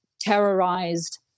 terrorized